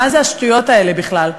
מה זה השטויות האלה בכלל?